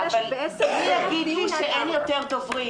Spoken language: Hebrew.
אבל מי יגיד לי שאין יותר דוברים?